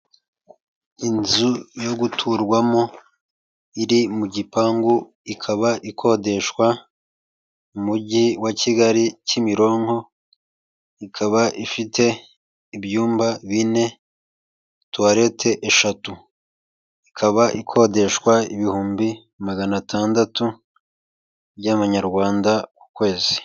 Inzu yo guturwamo iri mu gipangu ikaba ikodeshwa mu mujyi wa Kigali Kimironko, ikaba ifite ibyumba bine, tuwarete eshatu, ikaba ikodeshwa ibihumbi magana atandatu by'amanyarwanda ku kwezi.